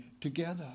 together